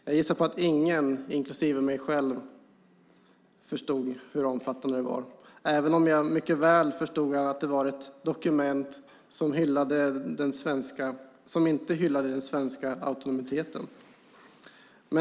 Jag gissar på att ingen, inklusive mig själv, förstod hur omfattande det var, även om jag mycket väl förstod att det var ett dokument som inte hyllade den svenska autonomiteten.